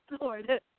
Lord